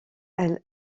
elle